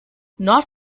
not